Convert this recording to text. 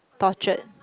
tortured